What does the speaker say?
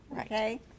Okay